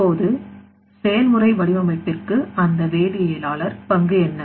இப்போது செயல்முறை வடிவமைப்பிற்கு அந்த வேதியியலாளர் பங்கு என்ன